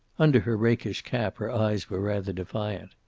under her rakish cap her eyes were rather defiant.